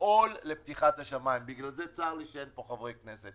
לפעול לפתיחת השמים בגלל זה צר לי שאין פה חברי כנסת,